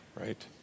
right